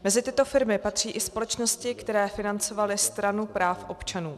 Mezi tyto firmy patří i společnosti, které financovaly Stranu práv občanů.